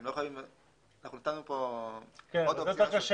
אנחנו נתנו פה עוד אופציה.